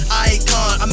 icon